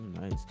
Nice